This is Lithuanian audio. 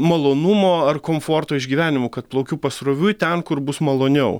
malonumo ar komforto išgyvenimu kad plaukiu pasroviui ten kur bus maloniau